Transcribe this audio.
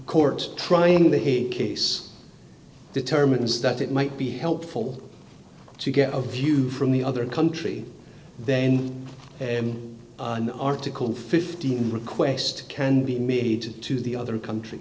trial in the here case determines that it might be helpful to get a view from the other country then an article fifteen request can be made to the other country